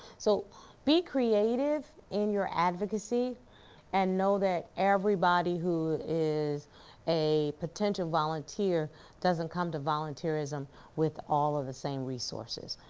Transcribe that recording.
so be creative in your advocacy and know that everybody who is a potential volunteer doesn't come to volunteerism with all of the same resources,